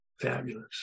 Fabulous